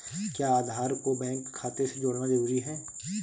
क्या आधार को बैंक खाते से जोड़ना जरूरी है?